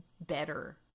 better